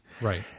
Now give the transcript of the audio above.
Right